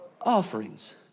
offerings